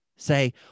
Say